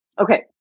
Okay